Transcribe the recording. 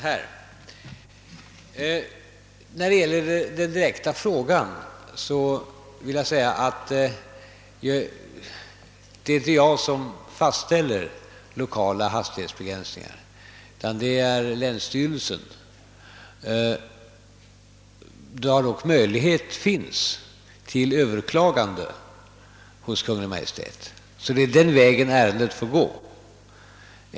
På herr Wennerfors” direkta fråga här vill jag svara att det inte är jag som fastställer lokala hastighetsbegränsningar, utan det är länsstyrelsen. Ett eventuellt beslut av länsstyrelsen kan dock överklagas hos Kungl. Maj:t. Det är alltså den vägen ärendet får gå.